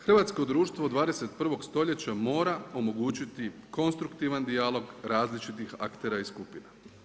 Hrvatsko društvo 21. stoljeća mora omogućiti konstruktivan dijalog različitih aktera i skupina.